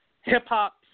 Hip-hop